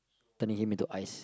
turning him into ice